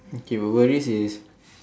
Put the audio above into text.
okay but what is is